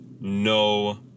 no